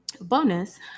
bonus